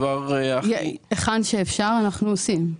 היכן שאפשר אנחנו עושים,